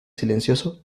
silencioso